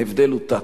ההבדל הוא טקטי: